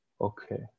Okay